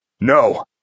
No